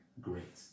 great